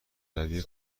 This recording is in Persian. روی